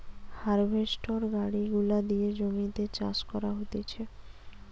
harvester গাড়ি গুলা দিয়ে জমিতে চাষ করা হতিছে